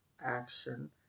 action